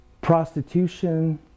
prostitution